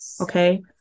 Okay